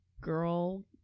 girl